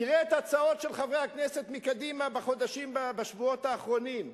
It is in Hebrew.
תראה את ההצעות של חברי הכנסת מקדימה בשבועות האחרונים,